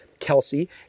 Kelsey